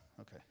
Okay